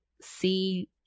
see